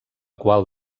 qual